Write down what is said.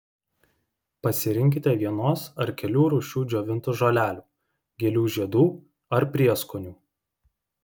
pasirinkite vienos ar kelių rūšių džiovintų žolelių gėlių žiedų ar prieskonių